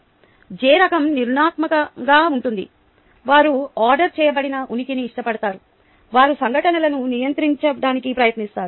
J రకం నిర్మాణాత్మకంగా ఉంటుంది వారు ఆర్డర్ చేయబడిన ఉనికిని ఇష్టపడతారు వారు సంఘటనలను నియంత్రించడానికి ప్రయత్నిస్తారు